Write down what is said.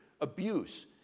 abuse